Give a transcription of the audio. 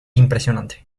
impresionante